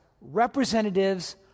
representatives